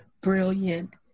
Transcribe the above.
brilliant